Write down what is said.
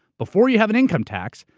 before you have an income tax,